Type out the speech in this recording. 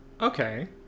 Okay